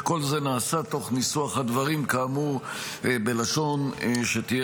כל זה נעשה תוך ניסוח הדברים כאמור בלשון שתהיה